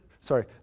sorry